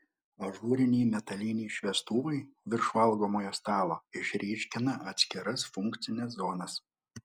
ažūriniai metaliniai šviestuvai virš valgomojo stalo išryškina atskiras funkcines zonas